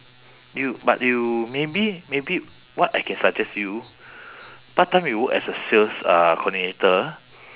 you but you maybe maybe what I can suggest you part-time you work as a sales uh coordinator